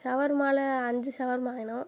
ஷவர்மாவில் அஞ்சு ஷவர்மா வேணும்